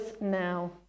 now